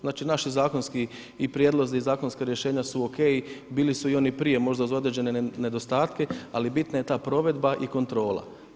Znači, naši zakonski i prijedloga zakonska rješenja su ok, bili su i one prije, možda uz određene nedostatke, ali bitna je ta provedba i kontrola.